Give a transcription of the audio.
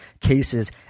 cases